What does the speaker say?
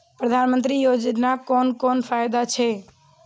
प्रधानमंत्री योजना कोन कोन फायदा छै?